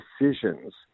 decisions